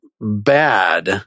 bad